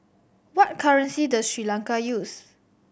what currency does Sri Lanka use